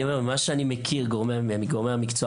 אני אומר שממה שאני מכיר מגורמי המקצוע,